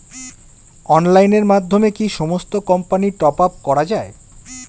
অনলাইনের মাধ্যমে কি সমস্ত কোম্পানির টপ আপ করা যায়?